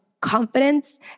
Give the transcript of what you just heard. confidence